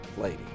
lady